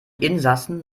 insassen